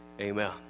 Amen